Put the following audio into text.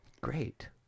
great